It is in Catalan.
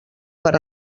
per